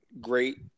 great